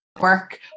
Work